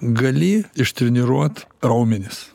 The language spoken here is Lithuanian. gali ištreniruot raumenis